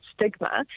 stigma